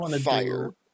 fire